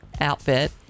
outfit